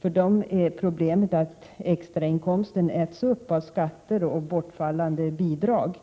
För dem är problemet att extrainkomsten äts upp av skatter och bortfallande bidrag.